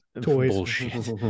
toys